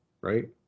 right